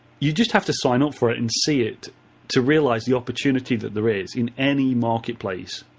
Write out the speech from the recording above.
you just have to sign up for it and see it to realize the opportunity that there is in any marketplace.